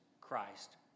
Christ